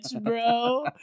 bro